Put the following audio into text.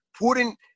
putting